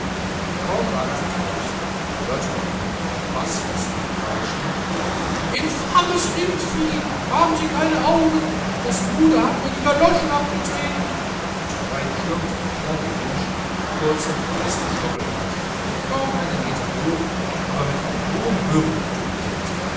kaum waren sie draußen so hörte man in einer art baßfistel kreischen infames rindvieh haben sie keine augen das luder hat mir die galloschen abgetreten und herein stürmte ein kleiner mensch mit kurzem weißen stoppelbarte kaum einen meter hoch aber mit einem hohen röhrenhute bedeckt